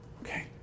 Okay